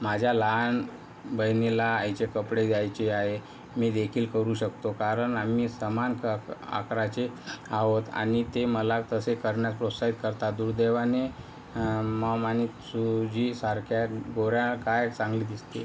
माझ्या लहान बहिणीला आईचे कपडे द्यायचे आहे मी देखील करू शकतो कारण आम्ही समान आकाराचे आहोत आणि ते मला तसे करण्यात प्रोत्साहित करतात दुर्दैवाने मामां जी सारख्या गोऱ्याकाय चांगली दिसते